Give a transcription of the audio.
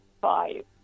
five